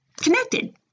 connected